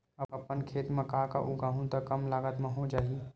अपन खेत म का का उगांहु त कम लागत म हो जाही?